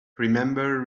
remember